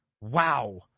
wow